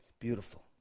Beautiful